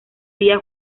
día